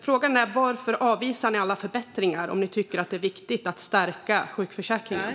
Frågan är: Varför avvisar ni alla förbättringar om ni tycker att det är viktigt att stärka sjukförsäkringen?